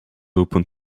open